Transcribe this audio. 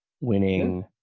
winning